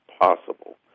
possible